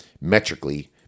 metrically